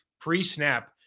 pre-snap